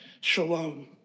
shalom